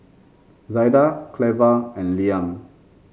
Zaida Cleva and Liam